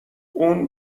اون